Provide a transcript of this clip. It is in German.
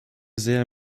sehr